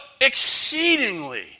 exceedingly